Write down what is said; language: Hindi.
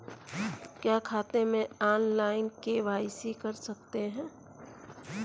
क्या खाते में ऑनलाइन के.वाई.सी कर सकते हैं?